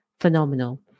phenomenal